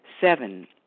Seven